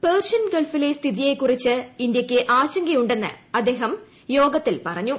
Persian ഗൾഫിലെ സ്ഥിതിയെ ക്കുറിച്ച് ഇന്ത്യയ്ക്ക് ആശങ്കയുണ്ടെന്ന് അദ്ദേഹം യോഗത്തിൽ പറഞ്ഞു